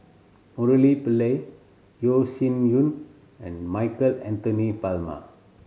Murali Pillai Yeo Shih Yun and Michael Anthony Palmer